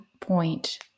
point